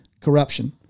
corruption